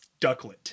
Ducklet